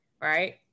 right